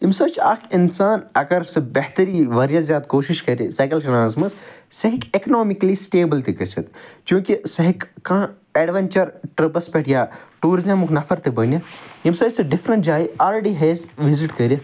اَمہِ سۭتۍ چھُ اکھ اِنسان اگر سُہ بہتریٖن واریاہ زیادٕ کوشش کَرِ سایکل چَلاونَس مَنٛز سُہ ہیٚکہِ اکنوامِکلی سٹیبٕل تہِ گٔژھِتھ چونٛکہ سُہ ہیٚکہِ کانٛہہ ایٚڈویٚنچر ٹٕرٛپَس پٮ۪ٹھ یا ٹیٛۄٗرِزمُک نَفَر تہِ بٔنِتھ ییٚمہِ سۭتۍ سُہ ڈِفریٚنٛٹ جایہِ آلریٚڈی وِزِٹ کٔرِتھ